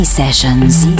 Sessions